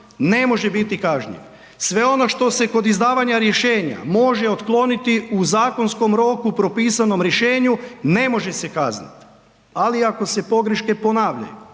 ne može biti kažnjiv. Sve ono što se kod izdavanja rješenja može otkloniti u zakonskom roku propisanom rješenju ne može se kaznit, ali ako se pogreške ponavljaju,